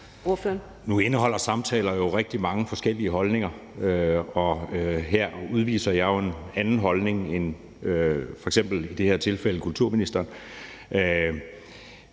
Nu indeholder samtaler jo rigtig mange forskellige holdninger, og her udviser jeg en anden holdning end f.eks. i det her tilfælde kulturministeren.